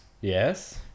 Yes